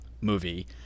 movie